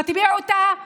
מטביע אותם כגנבים.